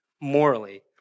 morally